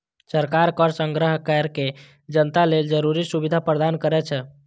सरकार कर संग्रह कैर के जनता लेल जरूरी सुविधा प्रदान करै छै